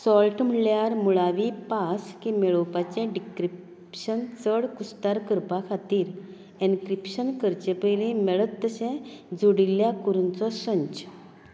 salt म्हळ्यार मुळावी pass key मेळोवपाचें डिक्रिप्शन चड कुस्तार करपा खातीर एनक्रिप्शन करचे पयलीं मेळत तशे जोडिल्ल्या कुरुंचो संच